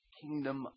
kingdom